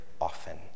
often